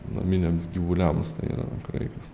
naminiams gyvuliams tai yra kraikas